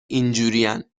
اینجورین